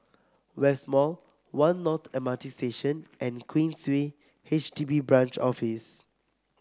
West Mall One North M R T Station and Queensway H D B Branch Office